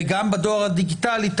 וגם בדואר הדיגיטלי.